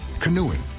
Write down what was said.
canoeing